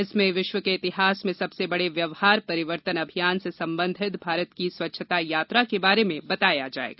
इसमें विश्व के इतिहास में सबसे बड़े व्यवहार परिवर्तन अभियान से संबंधित भारत की स्वच्छता यात्रा के बारे में बताया जाएगा